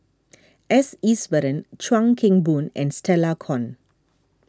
S Iswaran Chuan Keng Boon and Stella Kon